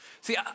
See